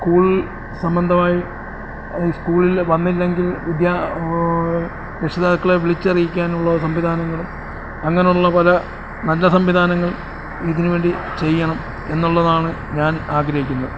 school സംബന്ധമായി സ്കൂളിൽ വന്നില്ലെങ്കിൽ രക്ഷിതാക്കളെ വിളിച്ചറിയിക്കാനുള്ള സംവിധാനങ്ങളും അങ്ങനെയുള്ള പല നല്ല സംവിധാനങ്ങളും ഇതിന് വേണ്ടി ചെയ്യണം എന്നുള്ളതാണ് ഞാൻ ആഗ്രഹിക്കുന്നത്